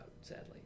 sadly